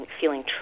feeling